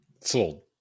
sold